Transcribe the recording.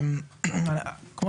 התכנון, כמו